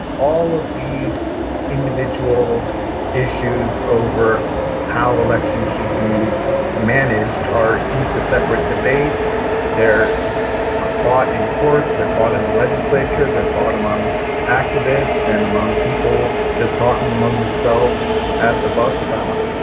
all of these individual issues over how elections should be managed are each a separate debate they're fought in courts. they're fought in the legislature. they're fought among activists and among people just talking among themselves at the bus stop.